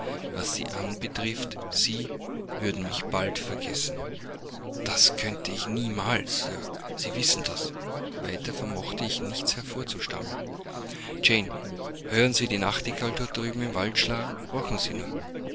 was sie anbetrifft sie würden mich bald vergessen das könnte ich niemals sir sie wissen das weiter vermochte ich nichts hervorzustammeln jane hören sie die nachtigall dort drüben im walde schlagen horchen sie nur